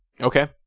okay